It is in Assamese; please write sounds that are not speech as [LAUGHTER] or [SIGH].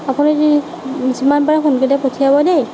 আপুনি [UNINTELLIGIBLE] যিমান পাৰে সোনকালে পঠিয়াব দেই